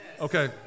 Okay